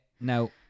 Now